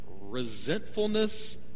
resentfulness